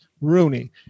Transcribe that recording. Rooney